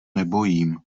nebojím